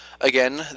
again